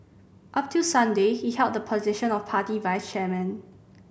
up till Sunday he held the position of party vice chairman